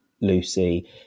Lucy